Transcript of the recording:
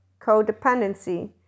codependency